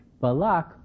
Balak